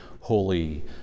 holy